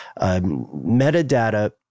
metadata